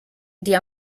die